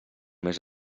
més